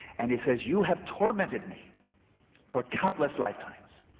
and he says you have tormented me for countless lifetimes.